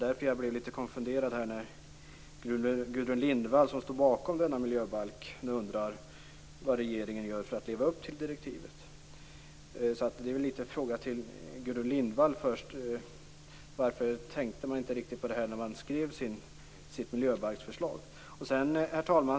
Därför blev jag litet konfunderad när Gudrun Lindvall, som står bakom denna miljöbalk, undrar vad regeringen gör för att leva upp till direktivet. Jag vill fråga Gudrun Lindvall: Varför tänkte man inte på det här när man skrev sitt miljöbalksförslag? Herr talman!